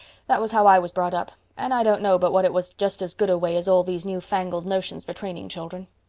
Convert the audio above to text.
that was how i was brought up, and i don't know but what it was just as good a way as all these new-fangled notions for training children.